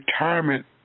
retirement